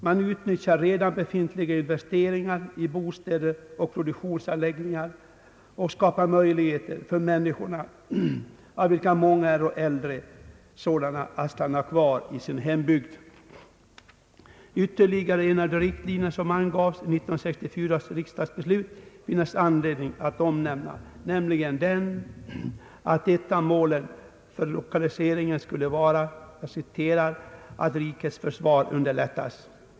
Man utnyttjar redan befintliga investeringar i bostäder och produktionsanläggningar och skapar möjligheter för människorna, av vilka många är äldre, att stanna kvar i sin hembygd. Ytterligare en av de riktlinjer som angavs i 1964 års riksdagsbeslut finns det anledning att omnämna, nämligen den att ett av målen för lokaliseringen skulle vara »att rikets försvar underlättas».